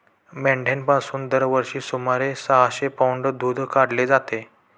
मेंढ्यांपासून दरवर्षी सुमारे सहाशे पौंड दूध काढले जाते